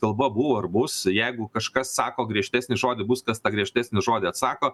kalba buvo ir bus jeigu kažkas sako griežtesnį žodį bus kas tą griežtesnį žodį atsako